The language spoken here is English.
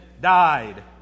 died